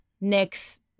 next